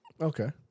okay